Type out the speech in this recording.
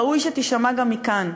ראוי שתישמע גם מכאן.